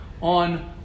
on